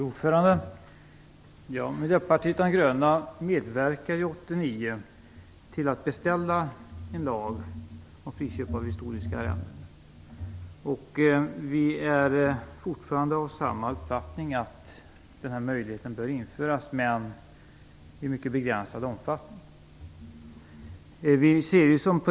Fru talman! Miljöpartiet de gröna medverkade 1989 till att beställa en lag om friköp av historiska arrenden. Vi är fortfarande av samma uppfattning, nämligen att den här möjligheten bör införas men i mycket begränsad omfattning.